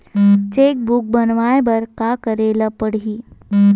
Cheque book बनवाय बर का करे ल पड़हि?